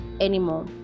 anymore